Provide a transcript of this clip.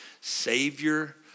Savior